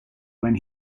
when